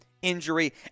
injury